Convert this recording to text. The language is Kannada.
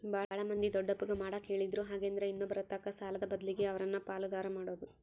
ಬಾಳ ಮಂದಿ ದೊಡ್ಡಪ್ಪಗ ಮಾಡಕ ಹೇಳಿದ್ರು ಹಾಗೆಂದ್ರ ಇನ್ನೊಬ್ಬರತಕ ಸಾಲದ ಬದ್ಲಗೆ ಅವರನ್ನ ಪಾಲುದಾರ ಮಾಡೊದು